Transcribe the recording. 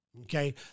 Okay